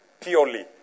purely